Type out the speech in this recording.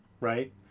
Right